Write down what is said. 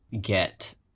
get